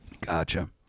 gotcha